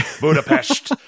budapest